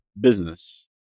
business